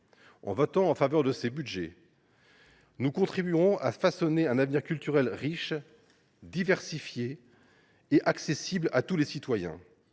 En votant en faveur de ces budgets, nous contribuerons à façonner un avenir culturel riche, diversifié et accessible à tous les citoyens.